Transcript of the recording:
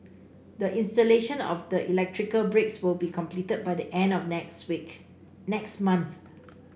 the installation of the electrical breaks will be completed by the end of next week next month